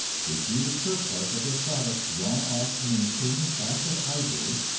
they see the surplus of their product drawn off to maintain a class of idlers,